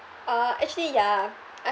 uh actually ya I